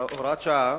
הוראת שעה,